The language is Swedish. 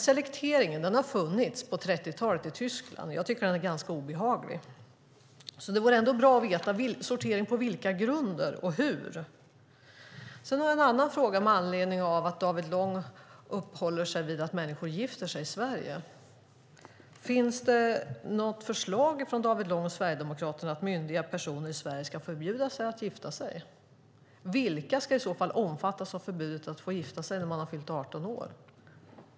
Selekteringen har funnits i början av 30-talet i Tyskland, och jag tycker att den är ganska obehaglig. Det vore bra att veta: Sortering på vilka grunder och hur? Jag har också en fråga med anledning av att David Lång uppehåller sig vid att människor gifter sig i Sverige. Finns det något förslag från David Lång och Sverigedemokraterna om att myndiga personer i Sverige ska förbjudas att gifta sig? Vilka ska i så fall omfattas av förbudet att gifta sig när man fyllt 18 år?